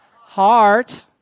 Heart